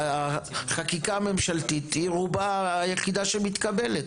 חקיקה ממשלתית היא רובה היחידה שמתקבלת.